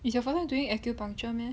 it's your first time during acupuncture meh